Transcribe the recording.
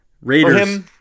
Raiders